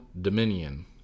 Dominion